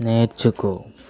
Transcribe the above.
నేర్చుకో